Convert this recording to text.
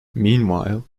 meanwhile